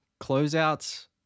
Closeouts